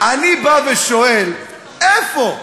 אני בא ושואל: איפה,